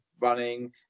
running